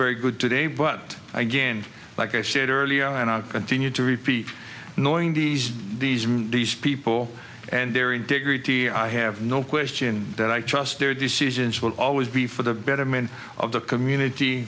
very good today but again like i said earlier and i'll continue to repeat knowing these these are these people and their integrity i have no question that i trust their decisions will always be for the betterment of the community